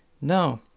No